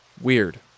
Weird